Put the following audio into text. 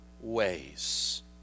ways